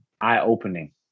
eye-opening